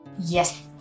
Yes